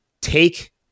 Take